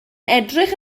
edrych